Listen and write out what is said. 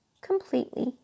completely